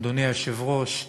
אדוני היושב-ראש,